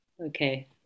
okay